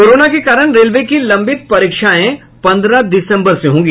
corona के कारण railway की लंबित परीक्षाएं पंद्रह दिसम्बर से होंगी